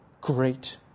Great